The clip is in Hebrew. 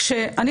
כשאני,